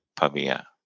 Pavia